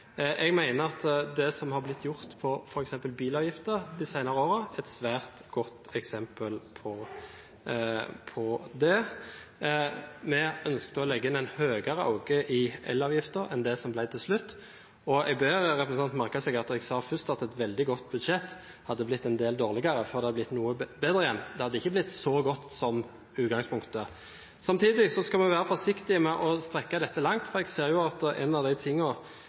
Jeg mener at det som har blitt gjort på f.eks. bilavgifter de senere årene, er et svært godt eksempel på det. Vi ønsket å legge inn en større økning i elavgiften enn det som det ble til slutt. Jeg ber representanten merke seg at jeg først sa at et veldig godt budsjett hadde blitt en del dårligere, før det ble noe bedre igjen. Det har ikke blitt så godt som utgangspunktet. Samtidig skal vi være forsiktige med å strekke dette for langt, for jeg ser jo at én av